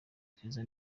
keza